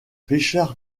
richard